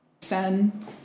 Sen